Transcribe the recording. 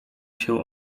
się